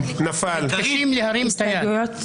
הצבעה לא אושרו.